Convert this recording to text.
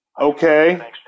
Okay